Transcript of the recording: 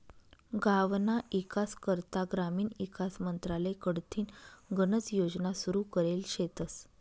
गावना ईकास करता ग्रामीण ईकास मंत्रालय कडथीन गनच योजना सुरू करेल शेतस